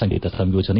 ಸಂಗೀತ ಸಂಯೋಜನೆ